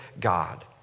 God